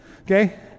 okay